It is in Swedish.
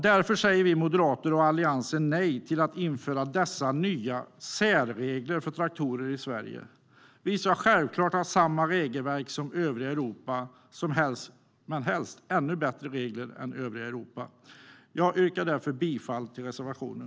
Därför säger vi moderater och Alliansen nej till att införa dessa nya särregler för traktorer i Sverige. Vi ska självklart ha samma regelverk som övriga Europa men helst ännu bättre regler än övriga Europa. Jag yrkar därför bifall till reservationen.